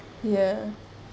ya